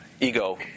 ego